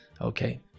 Okay